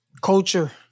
Culture